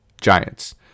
Giants